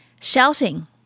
Shouting